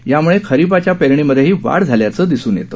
यामुळे खरिपाच्या पेरणीमध्येही वाढ झाल्याचे दिसून येते